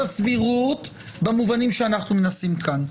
הסבירות במובנים שאנחנו מנסים כאן.